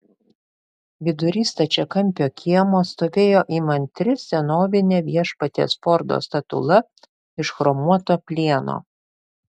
vidury stačiakampio kiemo stovėjo įmantri senovinė viešpaties fordo statula iš chromuoto plieno